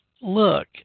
look